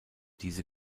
diese